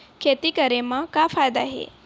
खेती करे म का फ़ायदा हे?